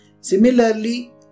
Similarly